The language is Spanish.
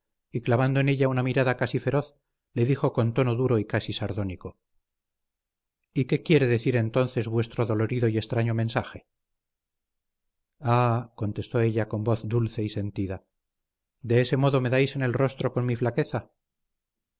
y clavando en ella una mirada casi feroz le dijo con tono duro y casi sardónico y qué quiere decir entonces vuestro dolorido y extraño mensaje ah contestó ella con voz dulce y sentida de ese modo me dais en el rostro con mi flaqueza